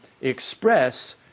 express